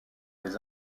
les